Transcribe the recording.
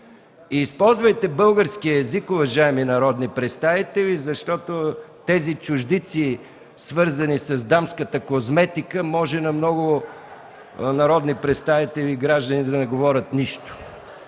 И използвайте българския език, уважаеми народни представители, защото тези чуждици, свързани с дамската козметика, на много народни представители и граждани може да не говорят нищо.